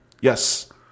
Yes